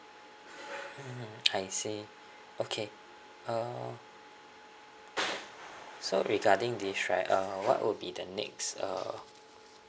mm I see okay um so regarding this right uh what would be the next uh